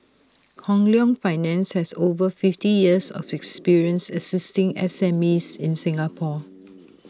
Hong Leong finance has over fifty years of experience assisting S M E's in Singapore